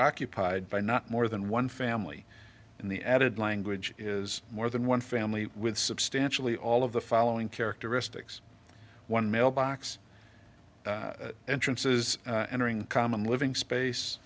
occupied by not more than one family in the added language is more than one family with substantially all of the following characteristics one mailbox entrances and common living space